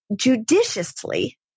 judiciously